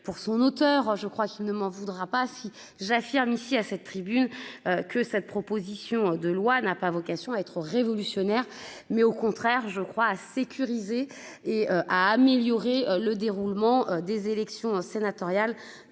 pour son auteur. Je crois qu'il ne m'en voudra pas assis j'affirme ici à cette tribune que cette proposition de loi n'a pas vocation à être révolutionnaire mais au contraire je crois à sécuriser et à améliorer le déroulement des élections sénatoriales